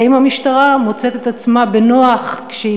והאם המשטרה מוצאת את עצמה בנוח כשהיא